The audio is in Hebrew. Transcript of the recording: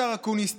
השר אקוניס,